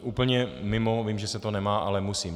Úplně mimo, vím, že se to nemá, ale musím.